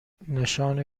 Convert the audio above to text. نشان